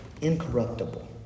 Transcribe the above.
incorruptible